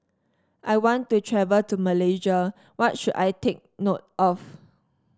I want to travel to Malaysia What should I take note of